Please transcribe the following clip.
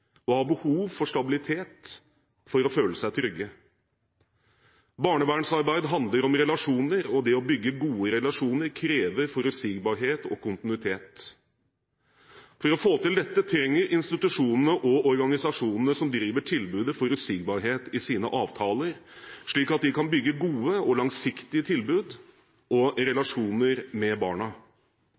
som har behov for stabilitet for å føle seg trygge. Barnevernsarbeid handler om relasjoner, og det å bygge gode relasjoner krever forutsigbarhet og kontinuitet. For å få til dette trenger institusjonene og organisasjonene som driver tilbudet, forutsigbarhet i sine avtaler, slik at de kan bygge gode og langsiktige tilbud og relasjoner med barna.